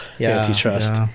antitrust